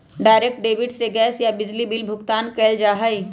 direct debit से gas या बिजली के बिल भुगतान कइल जा हई